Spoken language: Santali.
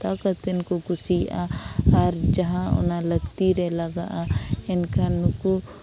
ᱦᱟᱛᱟᱣ ᱠᱟᱛᱮᱫ ᱠᱚ ᱠᱩᱥᱤᱭᱟᱜᱼᱟ ᱟᱨ ᱡᱟᱦᱟᱸ ᱚᱱᱟ ᱞᱟᱹᱠᱛᱤᱨᱮ ᱞᱟᱜᱟᱜᱼᱟ ᱮᱱᱠᱷᱟᱱ ᱱᱩᱠᱩ